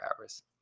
hours